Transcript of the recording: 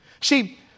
See